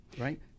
Right